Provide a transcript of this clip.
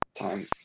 time